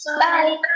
Bye